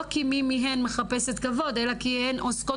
לא כי מי מהן מחפשת כבוד אלא כי הן עוסקות